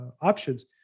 options